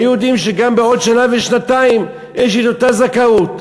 כי היו יודעים שגם בעוד שנה ושנתיים יש לי אותה זכאות.